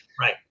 Right